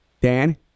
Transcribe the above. Dan